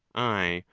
i,